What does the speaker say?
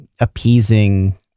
appeasing